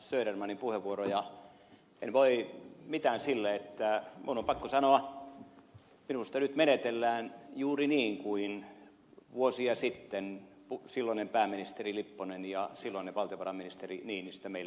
södermanin puheenvuoroja en voi mitään sille että minun on pakko sanoa että minusta nyt menetellään juuri niin kuin vuosia sitten silloinen pääministeri lipponen ja silloinen valtiovarainministeri niinistö meille opettivat